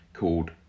called